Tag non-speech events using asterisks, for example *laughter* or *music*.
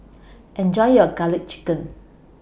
*noise* Enjoy your Garlic Chicken